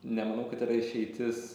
nemanau kad yra išeitis